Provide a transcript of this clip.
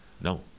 No